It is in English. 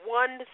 one